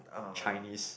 Chinese